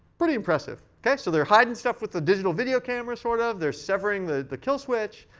pretty impressive. ok. so they're hiding stuff with the digital video camera sort of. they're severing the the kill switch.